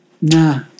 nah